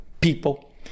people